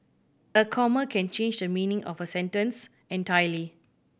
a comma can change the meaning of a sentence entirely